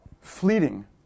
fleeting